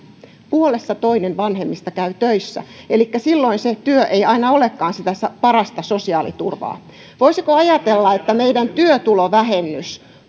puolessa toinen vanhemmista käy töissä elikkä silloin se työ ei aina olekaan sitä parasta sosiaaliturvaa voisiko ajatella että meidän työtulovähennys